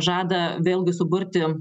žada vėlgi suburti